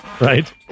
Right